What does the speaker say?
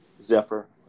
Zephyr